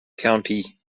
county